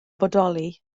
bodoli